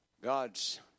God's